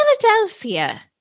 philadelphia